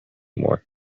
more